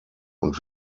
und